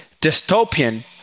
dystopian